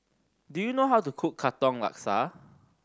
do you know how to cook Katong Laksa